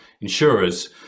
insurers